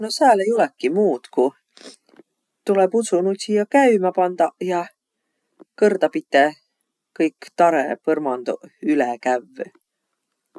No sääl ei olõkiq muud kuq tulõ pudsunudsija käümä pandaq ja kõrdapite kõik tarõ põrmanduq üle kävvüq.